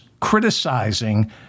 criticizing